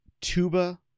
Tuba